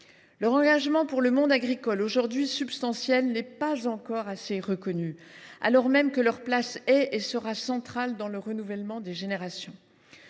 Leur engagement dans le monde agricole, aujourd’hui substantiel, n’est pas suffisamment reconnu, alors même que leur place est et sera centrale dans le renouvellement des générations.